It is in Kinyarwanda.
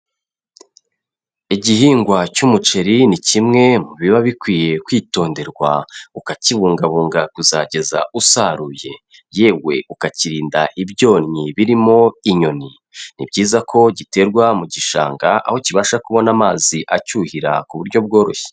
Igihingwa cy'umuceri ni kimwe mu biba bikwiye kwitonderwa, ukakibungabunga kuzageza usaruye, yewe ukakirinda ibyonnyi birimo inyoni, ni byiza ko giterwa mu gishanga, aho kibasha kubona amazi acyuhira ku buryo bworoshye.